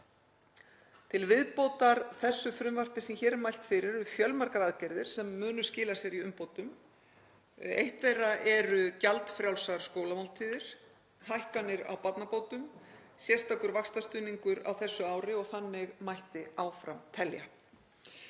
Til viðbótar því frumvarpi sem hér er mælt fyrir eru fjölmargar aðgerðir sem munu skila sér í umbótum. Eitt þeirra eru gjaldfrjálsar skólamáltíðir, hækkanir á barnabótum, sérstakur vaxtastuðningur á þessu ári og þannig mætti áfram telja.